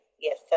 Yes